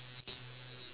really meh